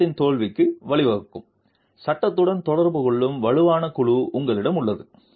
சட்டத்தின் தோல்விக்கு வழிவகுக்கும் சட்டத்துடன் தொடர்பு கொள்ளும் வலுவான குழு உங்களிடம் இருக்கும்